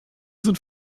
sind